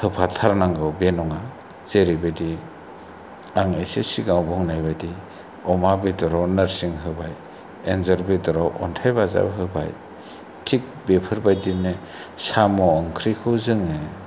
होफाथारनांगौ बे नङा जेरैबायदि आं एसे सिगाङाव बुंनाय बायदि अमा बेदराव नोरसिं होबाय एनजर बेदराव अनथाय बाजाब होबाय थिग बेफोरबायदिनो साम' ओंख्रिखौ जोङो